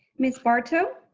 miss barto?